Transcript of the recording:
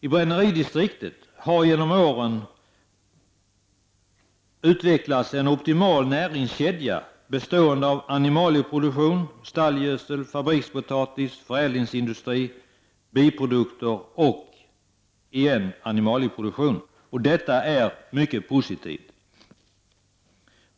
I bränneridistriktet har genom åren utvecklats en optimal näringskedja bestående av: animalieproduktion — stallgödsel — fabrikspotatis — förädlingsindustri — bioprodukter och slutligen återigen animalieproduktion. Detta är mycket positivt.